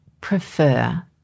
prefer